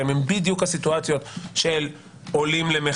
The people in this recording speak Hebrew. ומאחר שהמצבים שאנו עוסקים בהם הם בדיוק המצבים של עולים למחצה